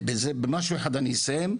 במשהו אחד אני אסיים.